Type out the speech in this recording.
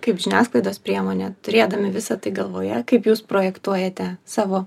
kaip žiniasklaidos priemonė turėdami visa tai galvoje kaip jūs projektuojate savo